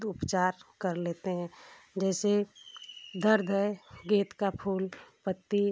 उपचार कर लेते हैं जैसे दर्द है गेंद का फूल पत्ती